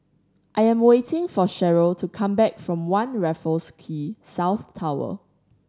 I am waiting for Sherrill to come back from One Raffles Quay South Tower